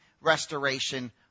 restoration